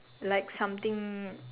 like something